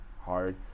hard